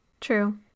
true